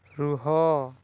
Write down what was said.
ରୁହ